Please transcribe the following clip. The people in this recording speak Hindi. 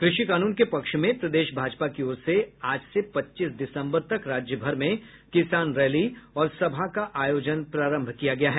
कृषि कानून के पक्ष में प्रदेश भाजपा की ओर से आज से पच्चीस दिसंबर तक राज्यभर में किसान रैली और सभा का आयोजन प्रारम्भ किया गया है